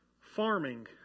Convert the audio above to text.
farming